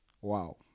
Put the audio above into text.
Wow